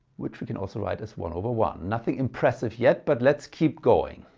which we can also write as one over one. nothing impressive yet but let's keep going.